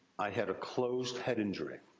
i had a closed head injury.